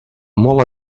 molt